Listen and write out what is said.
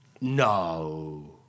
No